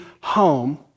home